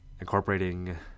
incorporating